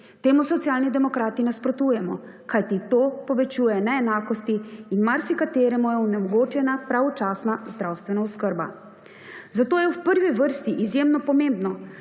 Temu Socialni demokrati nasprotujemo. Kajti to povečuje neenakosti in marsikateremu je onemogočena pravočasna zdravstvena oskrba. Zato je v prvi vrsti izjemno pomembno,